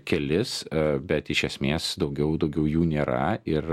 kelis bet iš esmės daugiau daugiau jų nėra ir